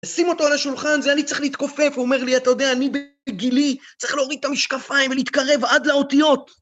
שים אותו על השולחן, זה היה לי צריך להתכופף, הוא אומר לי, אתה יודע, אני בגילי, צריך להוריד את המשקפיים ולהתקרב עד לאותיות.